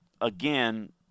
again